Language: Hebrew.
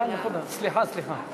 סליחה, סליחה.